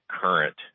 current